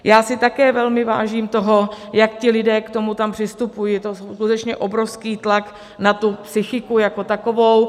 Já si také velmi vážím toho, jak ti lidé k tomu tam přistupují, je to skutečně obrovský tlak na psychiku jako takovou.